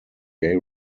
gay